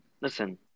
Listen